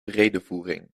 redevoering